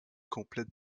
complète